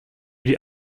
die